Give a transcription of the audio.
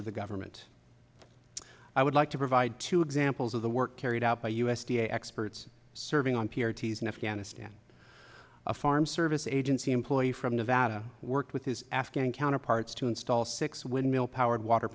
of the government i would like to provide two examples of the work carried out by u s d a experts serving on p r t's in afghanistan a farm service agency employee from nevada worked with his afghan counterparts to install six windmill powered water